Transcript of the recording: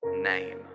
name